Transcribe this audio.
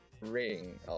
Ring